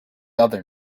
other